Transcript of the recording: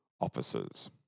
officers